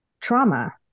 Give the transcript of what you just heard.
trauma